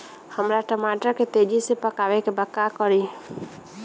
हमरा टमाटर के तेजी से पकावे के बा का करि?